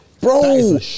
Bro